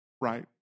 Right